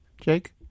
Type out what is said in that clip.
Jake